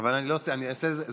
אבל אני לא עושה, זה פרסום,